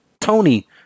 Tony